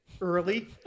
Early